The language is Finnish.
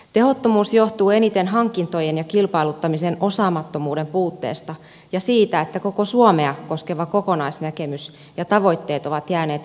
tehottomuus johtuu eniten hankintojen ja kilpailuttamisen osaamisen puutteesta ja siitä että koko suomea koskeva kokonaisnäkemys ja tavoitteet ovat jääneet epäselviksi